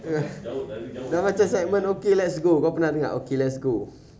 dah macam segment okay let's go kau pernah dengar okay let's go